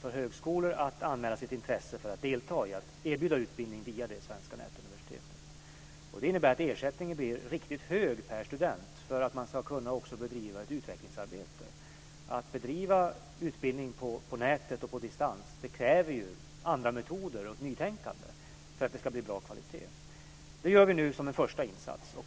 för högskolor så att de kan anmäla sitt intresse att delta i att erbjuda utbildning via det svenska nätuniversitetet. Det innebär att ersättningen blir riktigt hög per student för att också kunna bedriva ett utvecklingsarbete. Att bedriva utbildning på nätet och på distans kräver andra metoder och nytänkande för att det ska bli bra kvalitet. Detta gör vi nu som en första insats.